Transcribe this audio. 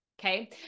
okay